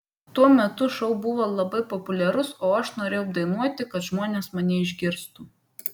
tuo metu šou buvo labai populiarus o aš norėjau dainuoti kad žmonės mane išgirstų